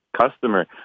customer